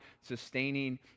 sustaining